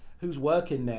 who's working there?